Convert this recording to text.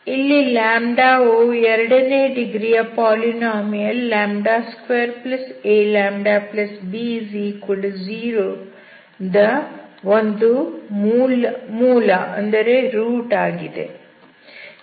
ಇಲ್ಲಿ λ ವು ಎರಡು ಡಿಗ್ರಿಯ ಪಾಲಿನಾಮಿಯಲ್ 2aλb0 ನ ಒಂದು ಮೂಲ ವಾಗಿದೆ